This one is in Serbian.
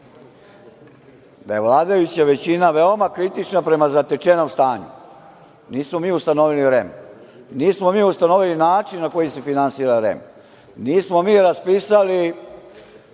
da je vladajuća većina veoma kritična prema zatečenom stanju. Nismo mi ustanovili REM, nismo mi ustanovili način na koji se finansira REM, nismo mi raspisali